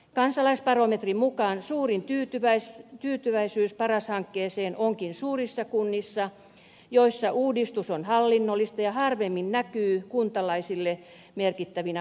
kansalaisbarometrin mukaan suurin tyytyväisyys paras hankkeeseen onkin suurissa kunnissa joissa uudistus on hallinnollista ja harvemmin näkyy kuntalaisille merkittävinä muutoksina